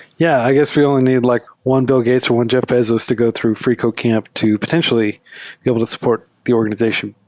yeah, i guess we only need like one bill gates or one jeff bezos to go through freecodecamp to potentially be able to support the organization.